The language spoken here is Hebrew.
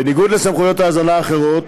בניגוד לסמכויות האזנה אחרות,